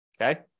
okay